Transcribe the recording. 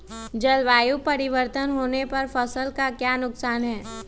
जलवायु परिवर्तन होने पर फसल का क्या नुकसान है?